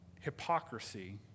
hypocrisy